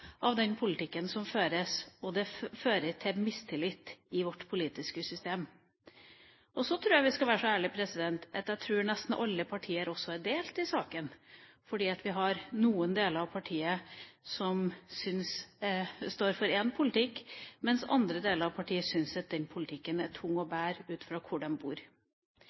av den politikken som føres – og det fører til mistillit i vårt politiske system. Og så tror jeg vi skal være så ærlige at vi sier at nesten alle partier er delt i saken, for vi har noen deler av partiet som står for én politikk, mens andre deler av partiet synes at den politikken er tung å bære, ut fra hvor de bor.